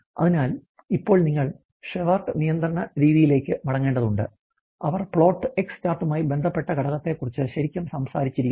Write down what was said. അതിനാൽ ഇപ്പോൾ നിങ്ങൾ ഷെവാർട്ട് നിയന്ത്രണ രീതിയിലേക്ക് മടങ്ങേണ്ടതുണ്ട് അവർ പ്ലോട്ട് എക്സ് ചാർട്ടുമായി ബന്ധപ്പെട്ട ഘടകത്തെക്കുറിച്ച് ശരിക്കും സംസാരിച്ചിരുന്നു